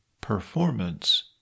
performance